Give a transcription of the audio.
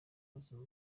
buzima